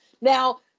Now